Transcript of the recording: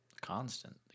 constant